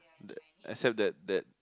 except that that